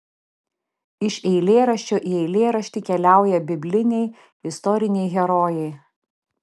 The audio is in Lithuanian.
iš eilėraščio į eilėraštį keliauja bibliniai istoriniai herojai